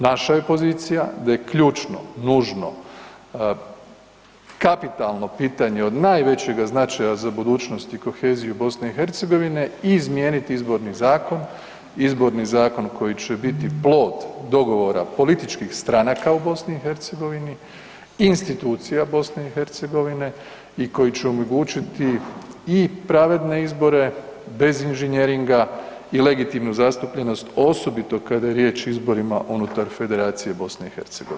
Naša je pozicija da je ključno, nužno, kapitalno pitanje od najvećega značaja za budućnost i koheziju BiH izmijeniti Izborni zakon, Izborni zakon koji će biti plod dogovora političkih stranaka u BiH, institucija BiH i koji će omogućiti i pravedne izbore bez inženjeringa i legitimnu zastupljenost osobito kada je riječ o izborima unutar Federacije BiH.